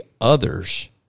others